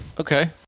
Okay